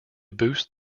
boost